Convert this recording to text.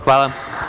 Hvala.